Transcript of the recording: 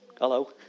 Hello